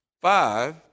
five